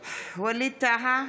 בעד ווליד טאהא,